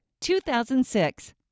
2006